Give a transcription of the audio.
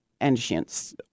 ancients